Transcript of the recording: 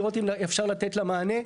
לראות אם אפשר לתת לה מענה,